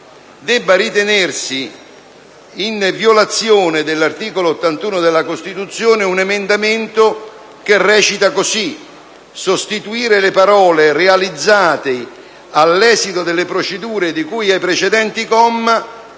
debba ritenersi in violazione dell'articolo 81 della Costituzione un emendamento che recita quanto segue: «(...) sostituire le parole: "realizzati all'esito delle procedure di cui ai precedenti commi"